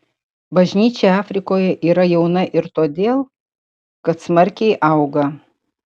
bažnyčia afrikoje yra jauna ir todėl kad smarkiai auga